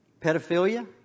Pedophilia